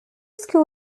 school